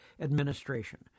administration